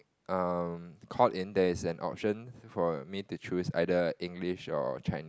um called in there is an option for me to choose either English or Chinese